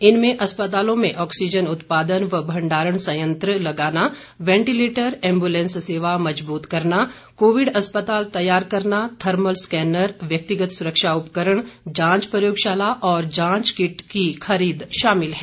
इनमें अस्पतालों में ऑक्सीजन उत्पादन व भंडारण संयंत्र लगाना वेटिलेटर एम्बुलेंस सेवा मजबूत करना कोविड अस्पताल तैयार करना थर्मल स्कैनर व्यक्तिगत सुरक्षा उपकरण जांच प्रयोगशाला और जांच किट की खरीद शामिल है